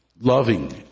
loving